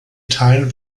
teil